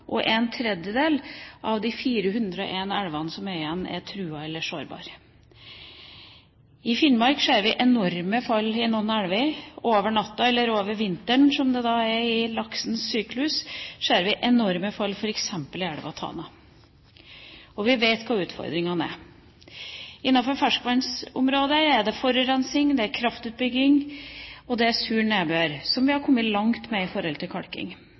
av de 401 elvene som er igjen, er truet eller sårbare. I Finnmark ser vi enorme fall i noen elver. Over natta, eller over vinteren som det er i laksens syklus, ser vi enorme fall, f.eks. i elva Tana. Vi vet hva utfordringen er: Innenfor ferskvannsområdet er det forurensning, det er kraftutbygging, og det er sur nedbør, som vi har kommet langt med på grunn av kalking. De store utfordringene i dag er nok knyttet til